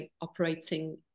operating